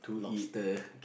lobster